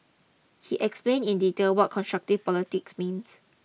he explained in detail what constructive politics means